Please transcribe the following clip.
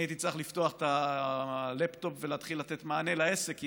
אני הייתי צריך לפתוח את הלפטופ ולהתחיל לתת מענה לעסק,